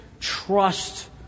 Trust